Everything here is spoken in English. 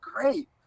great